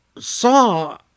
saw